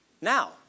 Now